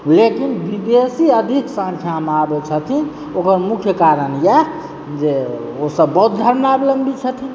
लेकिन विदेशी अधिक सङ्ख्यामे आबै छथिन ओकर मुख्य कारण इएह जे ओ सब बौद्ध धर्मावलम्बी छथिन